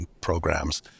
programs